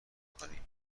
کنیم